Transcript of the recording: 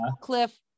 Cliff